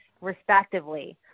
respectively